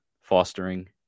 fostering